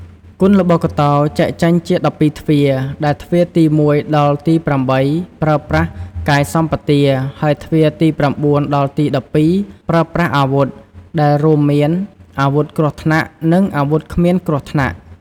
គុនល្បុក្កតោ ចែកចេញជា ១២ទ្វារ ដែល ទ្វារទី១ ដល់ទី៨ ប្រើប្រាស់ កាយសម្បទា ហើយទ្វារទី៩ ដល់ទី១២ ប្រើប្រាស់ អាវុធ ដែលរួមមានអាវុធគ្រោះថ្នាក់ និងអាវុធគ្មានគ្រោះថ្នាក់ ។